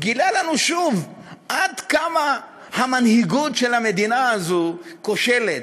גילה לנו שוב עד כמה המנהיגות של המדינה הזאת כושלת,